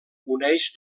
uneix